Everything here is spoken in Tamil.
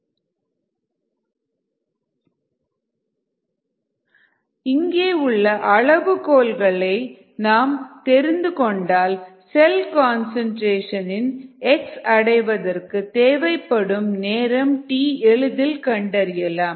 அளவுகோல்களான லாக் ஃபேஸ் இலுள்ள t0 மற்றும் தொடக்கத்தில் உள்ள x0கன்சன்ட்ரேஷன் ஆகியவை தெரிந்தால் செல் கன்சன்ட்ரேஷன் x அடைவதற்கு தேவைப்படும் நேரம் t எளிதில் கண்டறியலாம்